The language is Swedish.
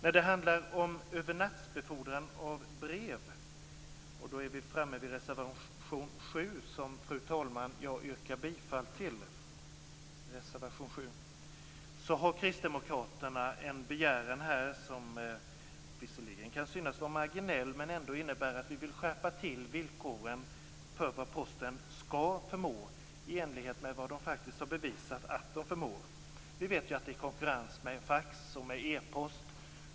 När det handlar om övernattsbefordran av brev - och då är vi framme vid reservation 7 som jag, fru talman, yrkar bifall till - har kristdemokraterna en begäran som visserligen kan synas vara marginell men som ändå innebär att vi vill skärpa kraven för vad Posten skall förmå i enlighet med vad man faktiskt har bevisat att man förmår. Vi vet ju att det är konkurrens med fax och e-post.